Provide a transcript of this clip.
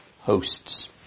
hosts